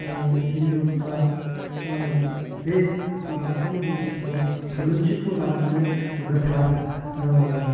हिन्दुफ्रा बे बाथौ गुदिफ्राव थुलुंसिखौ लानानै गोथार